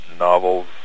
novels